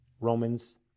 Romans